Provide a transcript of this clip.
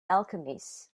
alchemist